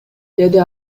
деди